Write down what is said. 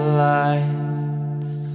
lights